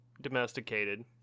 domesticated